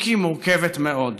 אם כי מורכבת מאוד